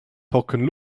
tochen